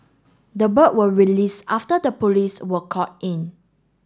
the bird were released after the police were called in